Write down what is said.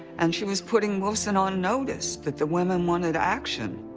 and she was putting wilson on notice that the women wanted action.